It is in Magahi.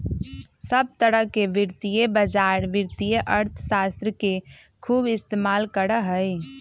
सब तरह के वित्तीय बाजार वित्तीय अर्थशास्त्र के खूब इस्तेमाल करा हई